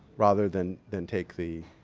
rather than than take the